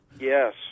Yes